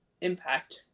impact